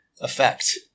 effect